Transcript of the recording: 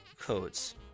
codes